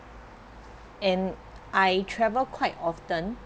and I travelled quite often